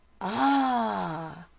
ah!